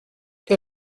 que